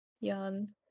yarn